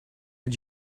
did